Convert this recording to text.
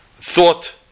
Thought